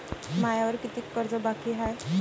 मायावर कितीक कर्ज बाकी हाय?